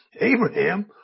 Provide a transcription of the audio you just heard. Abraham